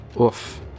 Oof